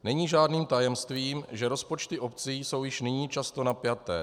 Není žádným tajemstvím, že rozpočty obcí jsou již nyní často napjaté.